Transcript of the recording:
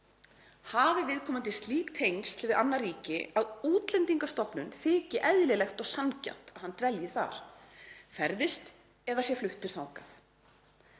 hafi viðkomandi slík tengsl við annað ríki að Útlendingastofnun þyki eðlilegt og sanngjarnt að hann dvelji þar, ferðist eða sé fluttur þangað.